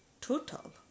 total